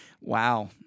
Wow